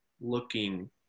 looking